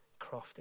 crafted